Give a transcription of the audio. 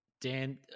Dan